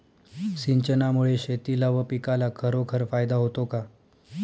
सिंचनामुळे शेतीला व पिकाला खरोखर फायदा होतो का?